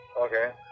Okay